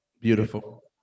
Beautiful